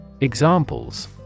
Examples